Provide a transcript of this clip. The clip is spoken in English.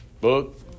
book